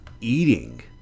eating